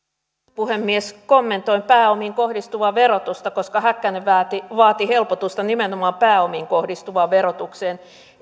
puhemies kommentoin pääomiin kohdistuvaa verotusta koska häkkänen vaati helpotusta nimenomaan pääomiin kohdistuvaan verotukseen